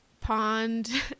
pond